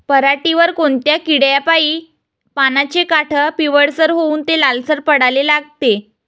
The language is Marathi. पऱ्हाटीवर कोनत्या किड्यापाई पानाचे काठं पिवळसर होऊन ते लालसर पडाले लागते?